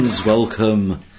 Welcome